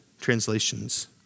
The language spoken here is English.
translations